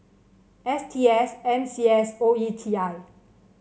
S T S N C S and O E T I